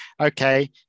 okay